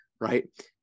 right